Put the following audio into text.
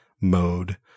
mode